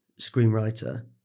screenwriter